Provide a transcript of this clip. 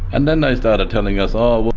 and then they started telling us, oh,